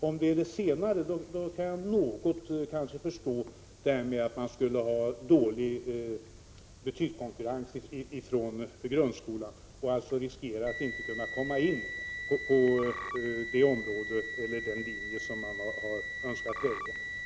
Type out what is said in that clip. Är det detta senare kan jag något förstå det han sade om svårigheterna med betygskonkurrens vid övergången från grundskolan — alltså risken att elever inte kommer in på det område eller den linje de har önskat välja.